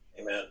Amen